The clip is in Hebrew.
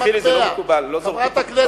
תסלחי לי, זה לא מקובל, לא זורקים פה פתקאות.